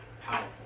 Powerful